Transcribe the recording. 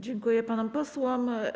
Dziękuję panom posłom.